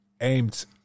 aimed